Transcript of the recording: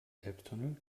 elbtunnel